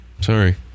Sorry